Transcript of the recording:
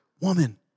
woman